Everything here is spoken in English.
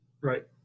Right